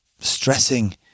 stressing